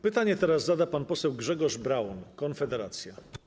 Pytanie teraz zada pan poseł Grzegorz Braun, Konfederacja.